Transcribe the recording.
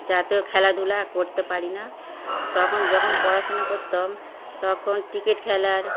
জাতীয় খেলাধুলা আর করতে পারি না তখন যখন পড়াশোনা করতাম তখন টিকিট খেলার